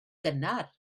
gynnar